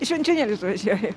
į švenčionėlius važiuoju